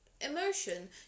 emotion